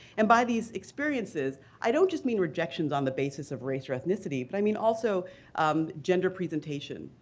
and by these experiences, i don't just mean rejections on the basis of race or ethnicity, but i mean also gender presentation,